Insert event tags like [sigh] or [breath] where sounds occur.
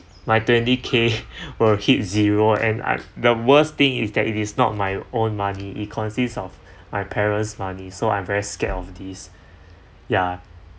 my twenty K [laughs] will hit zero and I'm the worst thing is that it is not my own money it consists of [breath] my parent's money so I'm very scared of this [breath] ya